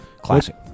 Classic